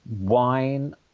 wine